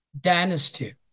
dynasty